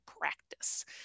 practice